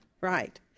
right